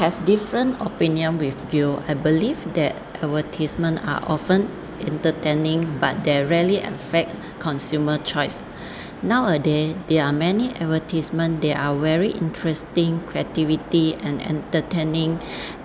I have different opinion with you I believe that advertisements are often entertaining but they rarely affect consumer choice nowadays there are many advertisement there are very interesting creativity and entertaining